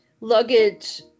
luggage